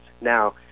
Now